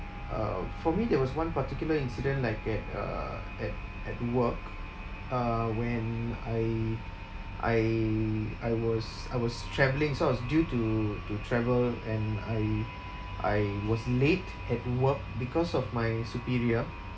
uh for me there was one particular incident like at uh at at work uh when I I I was I was travelling so I was due to to travel and I I was late at work because of my superior